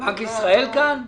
בנק ישראל כאן?